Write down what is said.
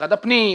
במשרד הפנים,